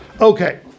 okay